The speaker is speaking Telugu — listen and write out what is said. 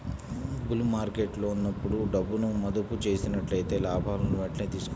బుల్ మార్కెట్టులో ఉన్నప్పుడు డబ్బును మదుపు చేసినట్లయితే లాభాలను వెంటనే తీసుకోవాలి